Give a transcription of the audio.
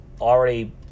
already